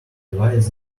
device